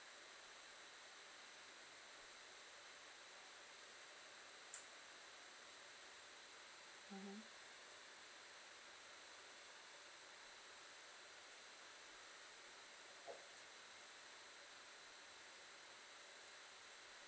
mmhmm